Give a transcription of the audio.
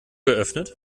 geöffnet